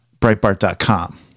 breitbart.com